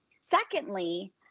Secondly